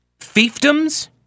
fiefdoms